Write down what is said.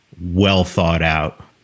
well-thought-out